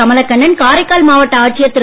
கமலக்கண்ணன் காரைக்கால் மாவட்ட ஆட்சியர் திரு